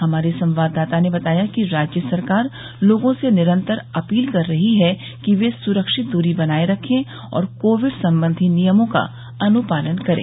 हमारे संवाददाता ने बताया है कि राज्य सरकार लोगों से निरन्तर अपील कर रही है कि वे सुरक्षित दूरी बनाये रखें और कोविड संबंधी नियमों का अनुपालन करें